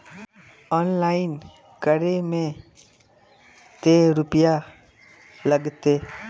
Online करे में ते रुपया लगते?